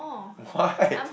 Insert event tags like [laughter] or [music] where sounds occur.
why [laughs]